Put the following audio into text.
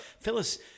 Phyllis